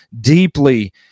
deeply